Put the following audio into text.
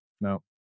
No